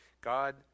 God